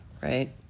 right